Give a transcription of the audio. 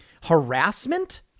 harassment